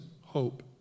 hope